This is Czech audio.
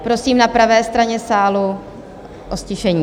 Prosím na pravé straně sálu o ztišení.